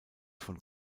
von